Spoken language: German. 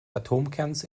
atomkerns